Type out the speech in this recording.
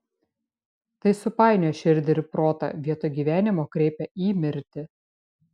tai supainioja širdį ir protą vietoj gyvenimo kreipia į mirtį